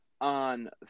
on